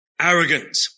arrogant